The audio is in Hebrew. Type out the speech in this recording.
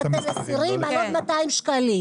שאתם מסירים על עוד 200 שקלים.